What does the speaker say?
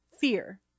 fear